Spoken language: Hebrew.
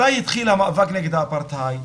מתי התחיל המאבק נגד האפרטהייד?